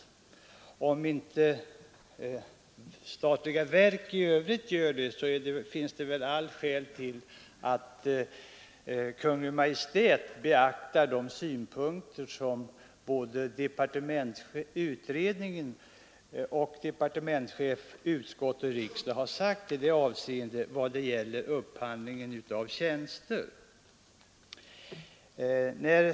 Även om inte statliga verk i övrigt gör det finns väl alla skäl för att Kungl. Maj:t beaktar de synpunkter som både utredning, departementschef, utskott och riksdag har anfört om upphandlingen av tjänster.